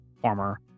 former